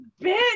bitch